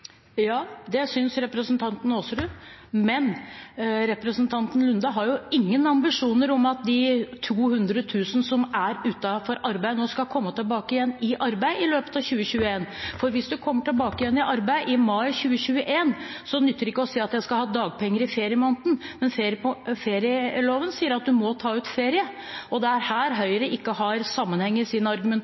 Men representanten Nordby Lunde har jo ingen ambisjoner om at de 200 000 som er utenfor arbeid nå, skal komme tilbake i arbeid i løpet av 2021. Hvis en kommer tilbake i arbeid i mai 2021, nytter det ikke å si at en skal ha dagpenger i feriemåneden, men ferieloven sier at en må ta ut ferie. Det er her Høyre ikke har sammenheng i sin